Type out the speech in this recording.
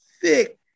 thick